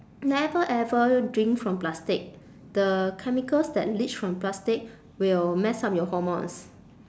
never ever drink from plastic the chemicals that leech from plastic will mess up your hormones